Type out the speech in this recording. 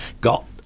got